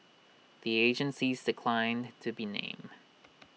the agencies declined to be named